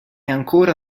ancora